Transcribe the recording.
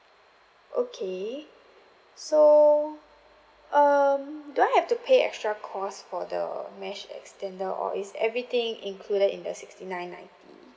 okay so um do I have to pay extra cost for the mesh extender or is everything included in the sixty nine ninety